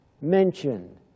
mentioned